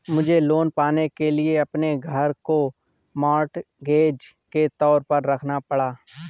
मुझे लोन पाने के लिए अपने घर को मॉर्टगेज के तौर पर रखना पड़ा